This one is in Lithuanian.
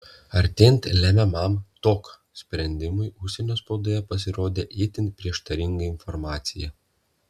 artėjant lemiamam tok sprendimui užsienio spaudoje pasirodė itin prieštaringa informacija